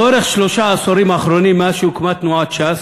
לאורך שלושת העשורים האחרונים, מאז הוקמה ש"ס,